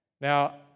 Now